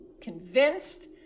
convinced